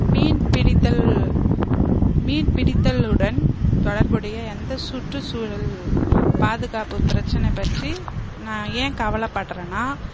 மீன் பிடித்தல் மீன் பிடித்தலுடன் தொடர்புடைய எந்த சுற்று சூழல் பாதுகாப்பு பிரச்சனை பற்றி நான் ஏன் கவலைப்பட்றனா